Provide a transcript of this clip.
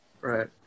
Right